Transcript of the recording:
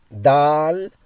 Dal